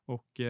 Och